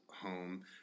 home